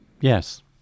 Yes